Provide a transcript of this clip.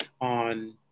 on